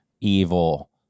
evil